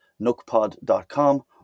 nookpod.com